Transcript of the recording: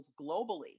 globally